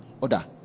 order